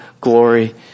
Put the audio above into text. glory